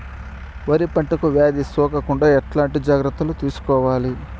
వరి పంటకు వ్యాధి సోకకుండా ఎట్లాంటి జాగ్రత్తలు తీసుకోవాలి?